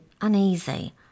uneasy